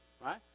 Right